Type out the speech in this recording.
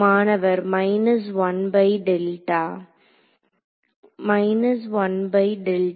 மாணவர் minus 1 by delta